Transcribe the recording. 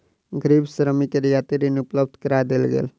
गरीब श्रमिक के रियायती ऋण उपलब्ध करा देल गेल